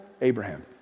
Abraham